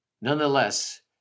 Nonetheless